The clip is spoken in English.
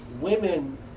women